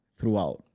throughout